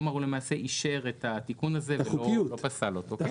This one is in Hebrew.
כלומר הוא למעשה את התיקון הזה ולא פסל אותו.